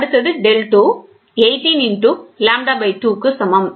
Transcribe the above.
அடுத்தது டெல்2 18 லாம்ப்டா 2 க்கு சமம்